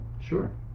Sure